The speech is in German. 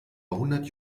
hundert